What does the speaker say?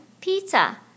pizza